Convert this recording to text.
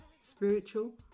spiritual